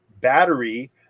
battery